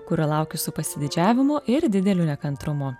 kurio laukiu su pasididžiavimu ir dideliu nekantrumu